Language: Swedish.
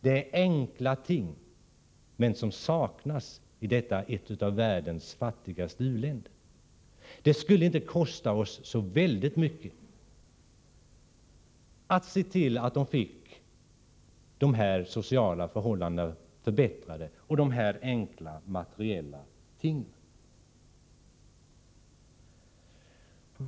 Det är enkla ting, men de saknas i detta ett av världens fattigaste u-länder. Det skulle inte kosta oss så väldigt mycket att se till att dessa arbetares sociala förhållanden förbättrades och att de fick dessa enkla materiella ting.